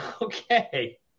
Okay